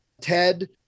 Ted